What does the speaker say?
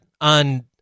on